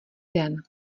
den